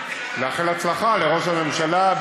דבר על ראש הממשלה.